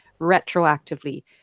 retroactively